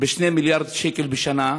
ב-2 מיליארד שקל בשנה,